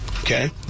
okay